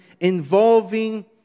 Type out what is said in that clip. involving